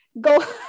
go